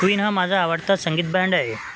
Quinn हा माझा आवडता संगीत बँड आहे